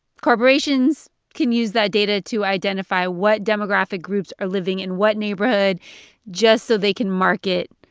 corporations can use that data to identify what demographic groups are living in what neighborhood just so they can market